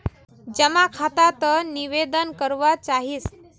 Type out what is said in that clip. जमा खाता त निवेदन करवा चाहीस?